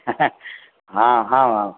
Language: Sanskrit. हा आम् आम्